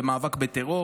במאבק בטרור,